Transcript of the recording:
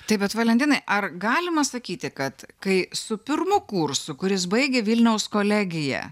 taip vat valentinai ar galima sakyti kad kai su pirmu kurso kuris baigė vilniaus kolegiją